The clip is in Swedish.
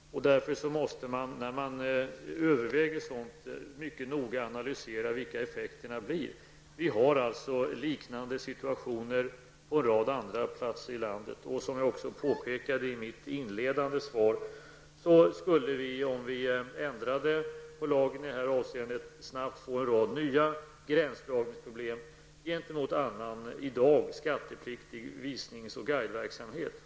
När man överväger sådant måste man mycket noga analysera vilka effekterna blir. Vi har liknande situationer på en rad andra platser i landet. Som jag också påpekade i mitt inledande svar skulle vi, om vi ändrade på lagen i det här avseendet, snabbt få en rad nya gränsdragningsproblem gentemot annan i dag skattepliktig visnings och guideverksamhet.